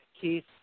Keith